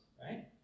Right